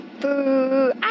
Boo